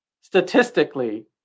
statistically